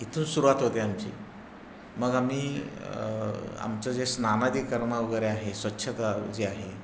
इथून सुरुवात होते आमची मग आम्ही आमचं जे स्नानादी कर्म वगैरे आहे स्वच्छता जे आहे